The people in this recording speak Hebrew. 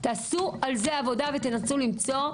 תעשו על זה עבודה ותנסו למצוא,